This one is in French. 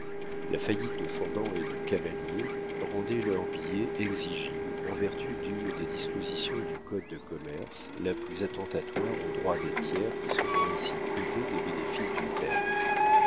la faillite de fendant et de cavalier rendait leurs billets exigibles en vertu d'une des dispositions du code de commerce la plus attentatoire aux droits des tiers qui se voient ainsi privés des bénéfices du terme